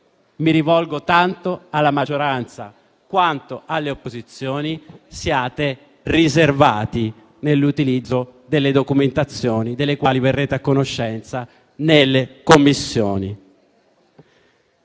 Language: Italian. Mi rivolgo tanto alla maggioranza quanto alle opposizioni: mi raccomando, siate riservati nell'utilizzo delle documentazioni delle quali verrete a conoscenza in Commissione.